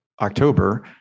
October